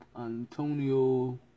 Antonio